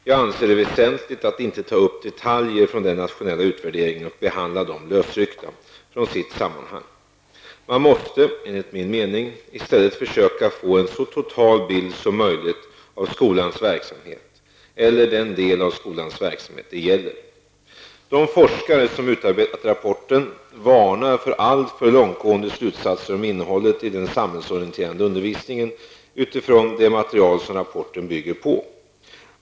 Jag anser det väsentligt att inte ta upp detaljer från den nationella utvärderingen och behandla dem lösryckta från sitt sammanhang. Man måste, enligt min mening, i stället försöka få en så total bild som möjligt av skolans verksamhet, eller den del av skolans verksamhet det gäller. De forskare som utarbetat rapporten varnar för alltför långtgående slutsatser om innehållet i den samhällsorienterade undervisningen utifrån det material som rapporten bygger på.